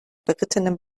berittenem